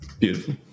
Beautiful